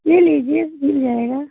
ले लीजिए मिल जाएगा